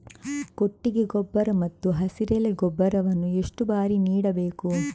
ಕೊಟ್ಟಿಗೆ ಗೊಬ್ಬರ ಮತ್ತು ಹಸಿರೆಲೆ ಗೊಬ್ಬರವನ್ನು ಎಷ್ಟು ಬಾರಿ ನೀಡಬೇಕು?